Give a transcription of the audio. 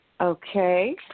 Okay